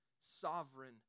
sovereign